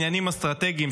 השר לעניינים אסטרטגיים,